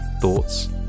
thoughts